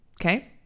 okay